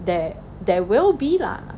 there there will be lah